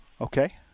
Okay